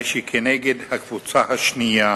הרי שכנגד הקבוצה השנייה